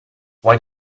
why